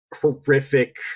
horrific